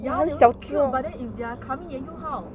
ya they will look cute but if they are coming at you how